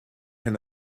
hyn